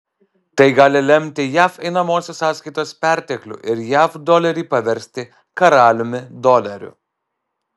tai gali lemti jav einamosios sąskaitos perteklių ir jav dolerį paversti karaliumi doleriu